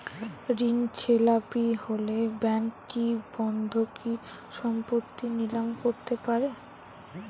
ঋণখেলাপি হলে ব্যাঙ্ক কি বন্ধকি সম্পত্তি নিলাম করতে পারে?